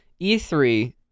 E3